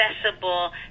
accessible